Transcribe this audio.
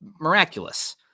miraculous